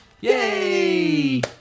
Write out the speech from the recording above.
Yay